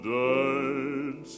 died